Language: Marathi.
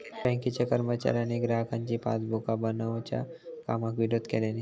बँकेच्या कर्मचाऱ्यांनी ग्राहकांची पासबुका बनवच्या कामाक विरोध केल्यानी